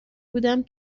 بودم